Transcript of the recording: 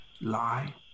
lie